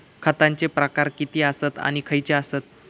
खतांचे प्रकार किती आसत आणि खैचे आसत?